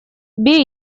бей